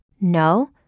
No